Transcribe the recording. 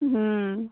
ओम